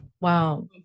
Wow